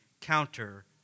counter